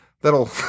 That'll